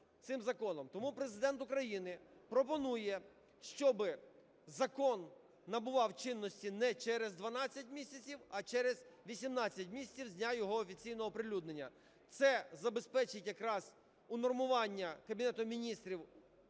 Тому Президент України пропонує, щоби закон набував чинності не через 12 місяців, а через 18 місяців з дня його офіційного оприлюднення. Це забезпечить якраз унормування Кабінетом Міністрів